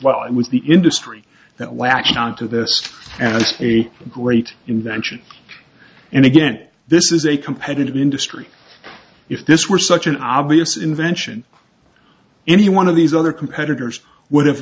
and with the industry that latched onto this as a great invention and again this is a competitive industry if this were such an obvious invention any one of these other competitors would have